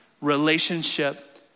relationship